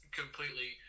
completely